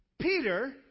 Peter